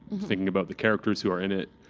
thinking about the characters who are in it,